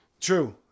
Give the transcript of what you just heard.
True